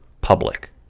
public